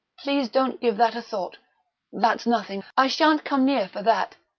please don't give that a thought that's nothing i shan't come near for that.